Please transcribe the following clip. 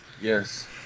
Yes